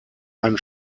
ein